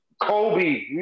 Kobe